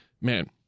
Man